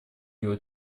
его